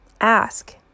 Ask